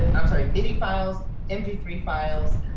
and i'm sorry midi files, m p three files,